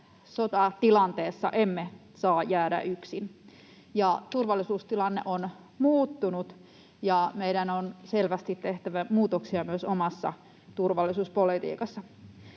sotatilanteessa emme saa jäädä yksin ja turvallisuustilanne on muuttunut ja meidän on selvästi tehtävä muutoksia myös omassa turvallisuuspolitiikassamme.